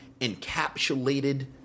encapsulated